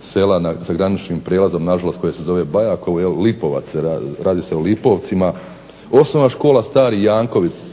sela sa graničnim prijelazom nažalost koje se zove Bajakovo jel', Lipovac, radi se o Lipovcima. Osnovna škola Stari